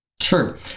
Sure